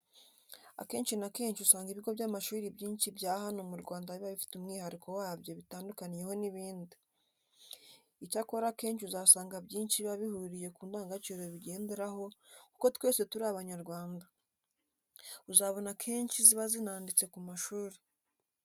Akenshi na kenshi usanga ibigo by'amashuri byinshi bya hano mu Rwanda biba bifite umwihariko wabyo bitandukaniyeho n'ibindi. Icyakora akenshi uzasanga byinshi biba bihuriye ku ndangagaciro bigenderaho kuko twese turi Abanyarwanda. Uzabona akenshi ziba zinanditse ku mashuri.